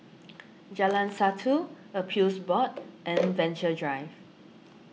Jalan Satu Appeals Board and Venture Drive